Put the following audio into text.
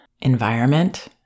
environment